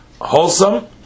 wholesome